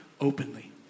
openly